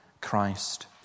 Christ